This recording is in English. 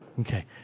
Okay